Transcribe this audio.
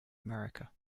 america